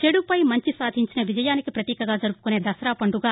చెడుపై మంచి సాధించిన విజయానికి ప్రతీకగా జరుపుకునే దసరా పండుగ